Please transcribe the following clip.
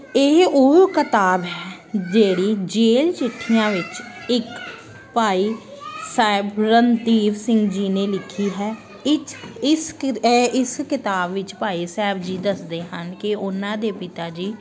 ਇਹ ਉਹ ਕਿਤਾਬ ਹੈ ਜਿਹੜੀ ਜੇਲ ਚਿੱਠੀਆਂ ਵਿੱਚ ਇੱਕ ਭਾਈ ਸਾਹਿਬ ਰਣਧੀਰ ਸਿੰਘ ਜੀ ਨੇ ਲਿਖੀ ਹੈ ਇਸ ਇਸ ਕਿ ਇਹ ਇਸ ਕਿਤਾਬ ਵਿੱਚ ਭਾਈ ਸਾਹਿਬ ਜੀ ਦੱਸਦੇ ਹਨ ਕਿ ਉਹਨਾਂ ਦੇ ਪਿਤਾ ਜੀ